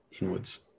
inwards